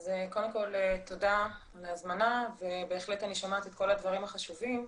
קודם כל תודה על ההזמנה ובהחלט אני שומעת את כל הדברים החשובים.